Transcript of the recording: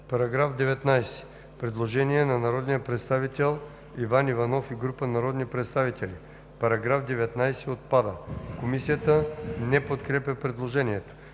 ПЛАМЕН НУНЕВ: Предложение на народния представител Иван Иванов и група народни представители: „Параграф 3 – отпада.“ Комисията не подкрепя предложението.